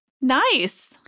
Nice